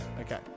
Okay